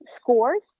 scores